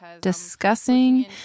discussing